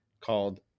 called